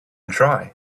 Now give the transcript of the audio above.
try